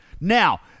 now